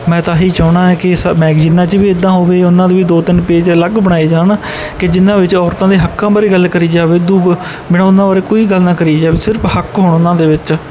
ਮੈਂ ਤਾਂ ਇਹੀ ਚਾਹੁੰਦਾ ਹਾਂ ਕਿ ਇਹ ਸਭ ਮੈਗਜੀਨਾਂ 'ਚ ਵੀ ਇੱਦਾਂ ਹੋਵੇ ਉਹਨਾਂ ਦੇ ਵੀ ਦੋ ਤਿੰਨ ਪੇਜ ਅਲੱਗ ਬਣਾਏ ਜਾਣ ਕਿ ਜਿੰਨਾ ਵਿੱਚ ਔਰਤਾਂ ਦੇ ਹੱਕਾਂ ਬਾਰੇ ਗੱਲ ਕਰੀ ਜਾਵੇ ਉਦੂੰ ਬਿਨਾਂ ਉਹਨਾਂ ਬਾਰੇ ਕੋਈ ਗੱਲ ਨਾ ਕਰੀ ਜਾਵੇ ਸਿਰਫ ਹੱਕ ਹੋਣ ਉਹਨਾਂ ਦੇ ਵਿੱਚ